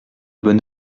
bonne